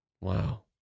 wow